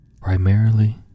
Primarily